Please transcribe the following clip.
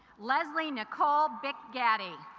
lesley nicol bic gaddy